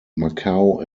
macao